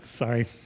sorry